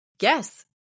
Yes